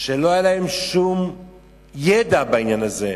שלא היה להם שום ידע בעניין הזה,